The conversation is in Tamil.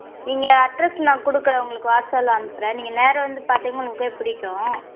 நீங்கள் அட்ரஸ் நான் கொடுக்கறேன் உங்களுக்கு வாட்ஸப்பில் அனுப்புகிறேன் நீங்கள் நேராக வந்து பார்த்திங்கன்னா உங்களுக்கே பிடிக்கும்